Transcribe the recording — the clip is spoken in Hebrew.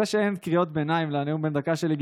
זה שאין קריאות ביניים לנאום בן דקה שלי,